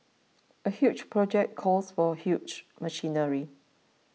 a huge project calls for huge machinery